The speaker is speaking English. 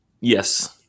Yes